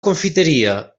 confiteria